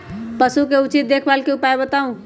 पशु के उचित देखभाल के उपाय बताऊ?